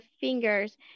fingers